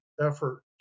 effort